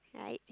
right